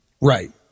Right